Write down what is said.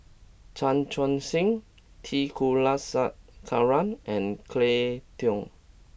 Chan Chun Sing T Kulasekaram and Cleo Thang